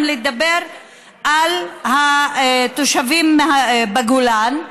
גם לדבר על התושבים בגולן,